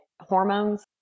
hormones